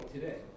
Today